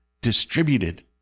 distributed